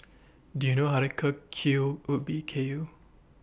Do YOU know How to Cook Kuih Ubi Kayu